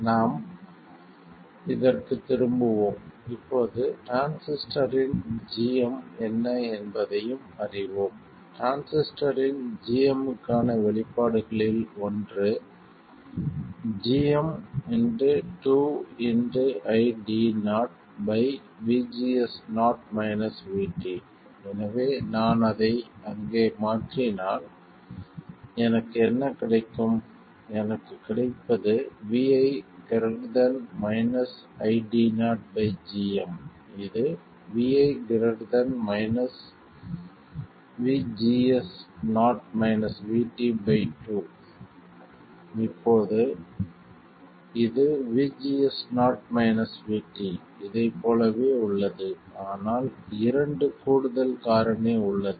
நாம் இதற்குத் திரும்புவோம் இப்போது டிரான்சிஸ்டரின் gm என்ன என்பதையும் அறிவோம் டிரான்சிஸ்டரின் gm க்கான வெளிப்பாடுகளில் ஒன்று gm 2 ID0 எனவே நான் அதை அங்கே மாற்றினால் எனக்கு என்ன கிடைக்கும் எனக்கு கிடைப்பது Vi ID0 gm இது Vi 2 இப்போது இது VGS0 VT இதைப் போலவே உள்ளது ஆனால் இரண்டு கூடுதல் காரணி உள்ளது